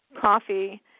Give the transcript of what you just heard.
coffee